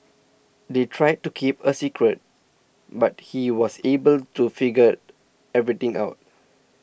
they tried to keep it a secret but he was able to figure everything out